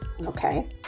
Okay